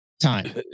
time